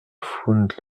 fount